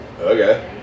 okay